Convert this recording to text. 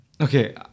okay